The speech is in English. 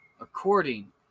according